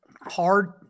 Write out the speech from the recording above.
hard